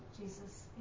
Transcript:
Jesus